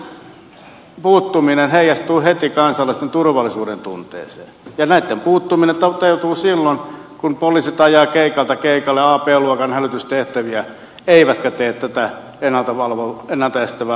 kuitenkin näitten puuttuminen heijastuu heti kansalaisten turvallisuudentunteeseen ja toteutuu silloin kun poliisit ajavat keikalta keikalle a ja b luokan hälytystehtäviä eivätkä tee tätä ennalta estävää valvontatoimea